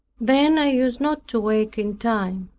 then i used not to awake in time.